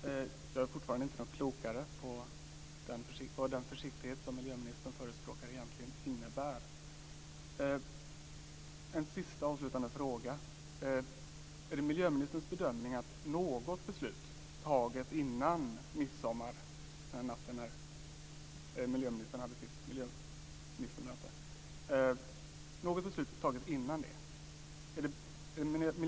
Fru talman! Jag är fortfarande inte klokare över vad den försiktighet som miljöministern förespråkar egentligen innebär. En sista avslutande fråga: Är det miljöministerns bedömning att något beslut som har fattats innan midsommar, då miljöministerrådsmötet ägde rum, kan